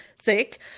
sick